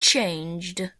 changed